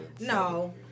No